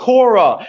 Cora